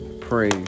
pray